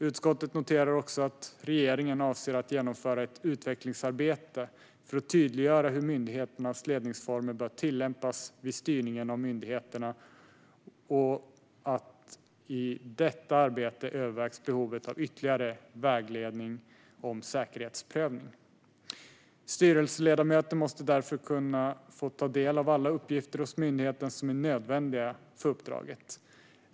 Utskottet noterar också att regeringen avser att genomföra ett utvecklingsarbete för att tydliggöra hur myndigheternas ledningsformer bör tilllämpas vid styrningen av myndigheterna och att behovet av ytterligare vägledning om säkerhetsprövning övervägs i detta arbete. Styrelseledamöter måste få ta del av alla uppgifter hos myndigheten som är nödvändiga för uppdraget.